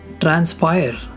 transpire